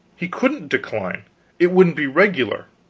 he couldn't decline it wouldn't be regular.